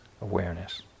awareness